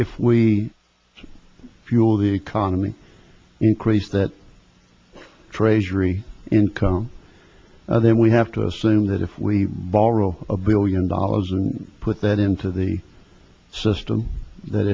if we fuel the economy increase that tray jury income now that we have to assume that if we borrow a billion dollars and put that into the system that